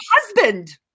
husband